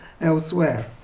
elsewhere